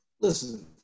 listen